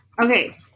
Okay